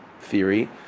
theory